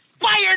Fired